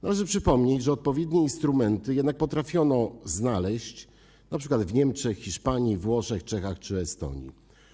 Należy przypomnieć, że odpowiednie instrumenty jednak potrafiono znaleźć np. w Niemczech, w Hiszpanii, we Włoszech, w Czechach czy w Estonii.